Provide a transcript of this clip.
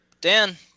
Dan